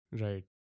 Right